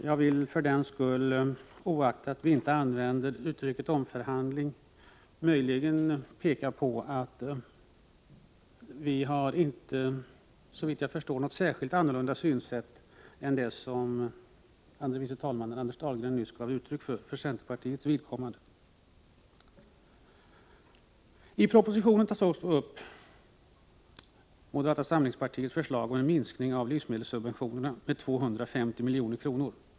Jag vill, oaktat vi inte använder uttrycket omförhandling, peka på att vi, såvitt jag förstår, inte har något särskilt annorlunda synsätt än det som andre vice talmannen Anders Dahlgren nyss för centerpartiets vidkommande gav uttryck för. I propositionen tas också upp moderata samlingspartiets förslag om minskning av livsmedelssubventionerna med 250 milj.kr.